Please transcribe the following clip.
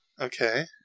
Okay